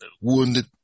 wounded